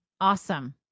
Awesome